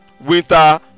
winter